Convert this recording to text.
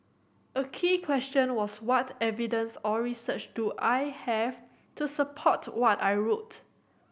a key question was what evidence or research do I have to support what I wrote